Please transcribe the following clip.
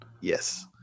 yes